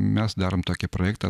mes darom tokį projektą